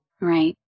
right